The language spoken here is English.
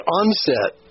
onset